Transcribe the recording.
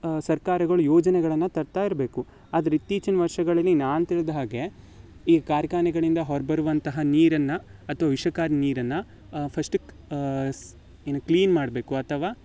ಸರ್ಕಾರಗಳು ಯೋಜನೆಗಳನ್ನು ತರ್ತಾ ಇರಬೇಕು ಆದ್ರೆ ಇತ್ತೀಚಿನ ವರ್ಷಗಳಲ್ಲಿ ನಾನು ತಿಳಿದ ಹಾಗೆ ಈ ಕಾರ್ಖಾನೆಗಳಿಂದ ಹೊರ ಬರುವಂತಹ ನೀರನ್ನು ಅಥ್ವಾ ವಿಷಕಾರಿ ನೀರನ್ನು ಫಸ್ಟು ಸ್ ಏನು ಕ್ಲೀನ್ ಮಾಡಬೇಕು ಅಥವಾ